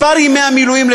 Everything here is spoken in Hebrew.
מספר ימי המילואים,